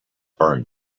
burned